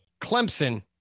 Clemson